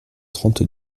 trente